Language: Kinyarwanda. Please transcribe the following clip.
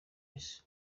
nice